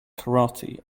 karate